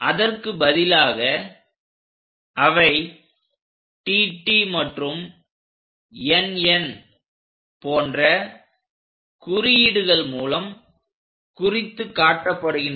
அதற்கு பதிலாக அவை TT மற்றும் NN போன்ற குறியீடுகள் மூலம் குறித்துக் காட்டப்படுகின்றன